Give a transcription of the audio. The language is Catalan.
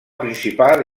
principal